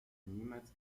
niemals